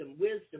wisdom